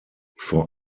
vor